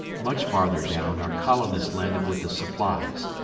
much farther down our colonist landed with the supplies.